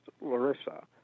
Larissa